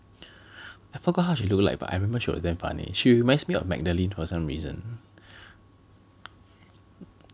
I forgot how she look like but I remember she was damn funny she reminds me of Magdalene for some reason